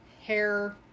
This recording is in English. hair